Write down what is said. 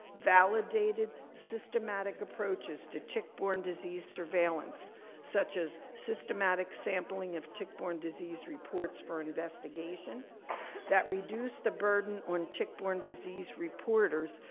validated, systematic approaches to tick-borne disease surveillance such as systematic sampling of tick-borne disease reports for investigation that reduce the burden on tick-borne disease reporters,